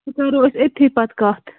تیٚلہِ کَرو أسۍ أتۍتھٕے پَتہٕ کَتھ